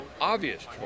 obvious